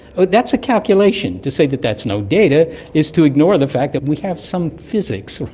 but that's a calculation. to say that that's no data is to ignore the fact that we have some physics.